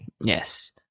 Yes